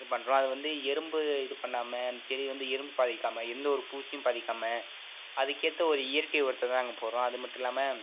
இது பண்ணுறோம் அது வந்து எறும்பு இது பண்ணாமல் அந்த செடியை வந்து எறும்பு பாதிக்காமல் எந்த ஒரு பூச்சியும் பாதிக்காமல் அதுக்கேற்ற ஒரு இயற்கை உரத்தை தான் நாங்கள் போடுறோம் அதுமட்டும் இல்லாமல்